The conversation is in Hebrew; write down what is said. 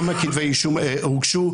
כמה כתבי אישום הוגשו.